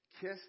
Kiss